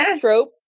trope